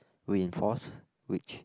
reinforce which